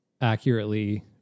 accurately